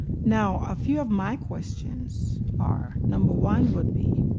now, a few of my questions are, number one would be,